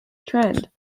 trend